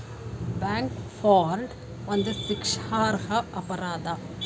bank fraud ಒಂದು ಶಿಕ್ಷಾರ್ಹ ಅಪರಾಧ